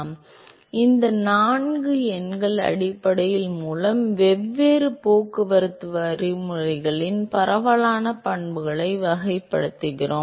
எனவே இந்த நான்கு எண்கள் அடிப்படையில் மூன்று வெவ்வேறு போக்குவரத்து வழிமுறைகளின் பரவலான பண்புகளை வகைப்படுத்துகின்றன